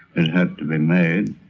and had to be made.